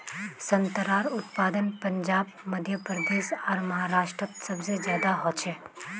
संत्रार उत्पादन पंजाब मध्य प्रदेश आर महाराष्टरोत सबसे ज्यादा होचे